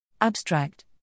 Abstract